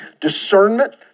discernment